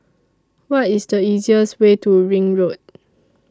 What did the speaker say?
What IS The easiest Way to Ring Road